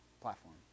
platform